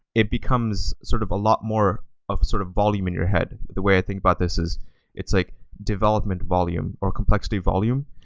it becomes sort of a lot more of sort of volume in your head. the way i think about this is it's like development volume, or complexity volume.